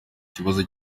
kibazo